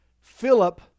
Philip